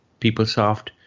PeopleSoft